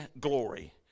glory